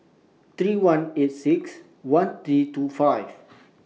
three one eight six one three two five